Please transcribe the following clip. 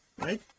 right